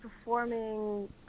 performing